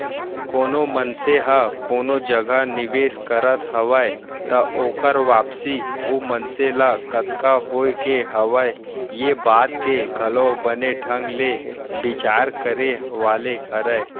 कोनो मनसे ह कोनो जगह निवेस करत हवय त ओकर वापसी ओ मनसे ल कतका होय के हवय ये बात के घलौ बने ढंग ले बिचार करे वाले हरय